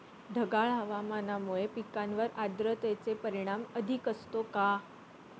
ढगाळ हवामानामुळे पिकांवर आर्द्रतेचे परिणाम अधिक असतो का?